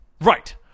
Right